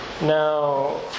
now